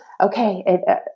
Okay